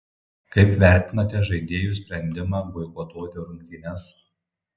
kaip vertinate žaidėjų sprendimą boikotuoti rungtynes